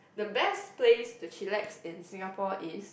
the best place to chillax in Singapore is